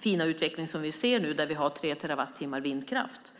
fina utveckling vi ser där vi har tre terawattimmar vindkraft.